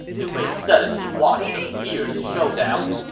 liu bei said as he watched the fierce showdown.